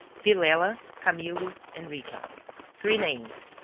villela, camillo and rita three names,